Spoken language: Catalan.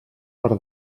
per